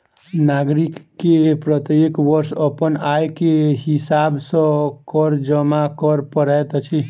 नागरिक के प्रत्येक वर्ष अपन आय के हिसाब सॅ कर जमा कर पड़ैत अछि